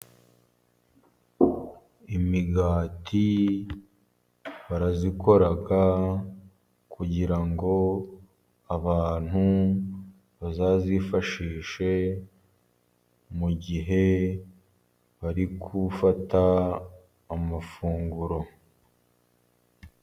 Imigati barayikora kugira ngo abantu bazayifashishe, mu gihe bari gufata amafunguro.